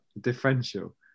differential